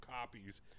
copies